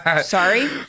Sorry